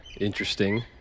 interesting